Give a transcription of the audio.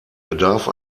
bedarf